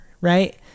right